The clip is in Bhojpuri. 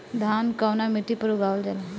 धान कवना मिट्टी पर उगावल जाला?